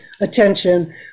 attention